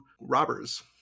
robbers